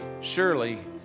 Surely